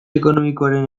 ekonomikoaren